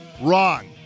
Wrong